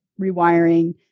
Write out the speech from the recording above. rewiring